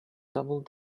double